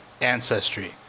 ancestry